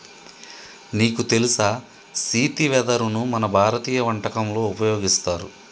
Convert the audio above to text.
నీకు తెలుసా సీతి వెదరును మన భారతీయ వంటకంలో ఉపయోగిస్తారు